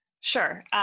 sure